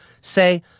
say